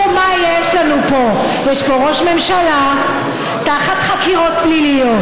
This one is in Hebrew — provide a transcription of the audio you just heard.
מה יש לנו פה: יש פה ראש ממשלה תחת חקירות פליליות,